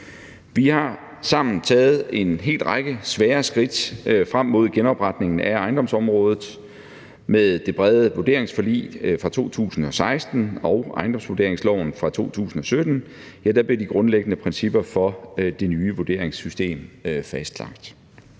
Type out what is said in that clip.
Vi har sammen taget en hel række svære skridt frem mod genopretningen af ejendomsområdet. Med det brede vurderingsforlig fra 2016 og ejendomsvurderingsloven fra 2017 blev de grundlæggende principper for det nye vurderingssystem fastlagt.